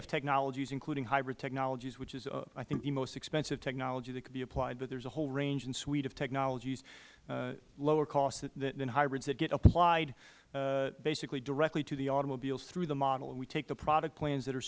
of technologies including hybrid technologies which is i think the most expensive technology that could be applied but there is a whole range and suite of technologies lower costs than hybrids that get applied basically directly to the automobiles through the model we take the product plans that are